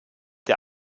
der